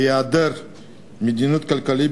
בהיעדר מדיניות כלכלית,